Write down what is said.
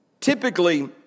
typically